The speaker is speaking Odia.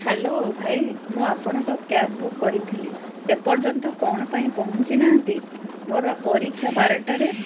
ହ୍ୟାଲୋ ଭାଇ ମୁଁ ଆପଣଙ୍କ କ୍ୟାବ୍ ବୁକ୍ କରିଥିଲି ଏପର୍ଯ୍ୟନ୍ତ କ'ଣ ପାଇଁ ପହଞ୍ଚିନାହାନ୍ତି ମୋର ବା ପରୀକ୍ଷା ବାରଟାରେ